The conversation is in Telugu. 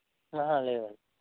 లేదండి